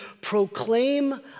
proclaim